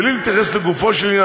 בלי להתייחס לגופו של עניין,